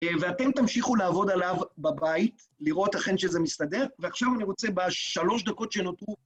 ואתם תמשיכו לעבוד עליו בבית, לראות אכן שזה מסתדר, ועכשיו אני רוצה בשלוש דקות שנותרו...